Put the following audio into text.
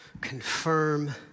confirm